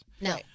No